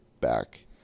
back